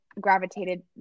gravitated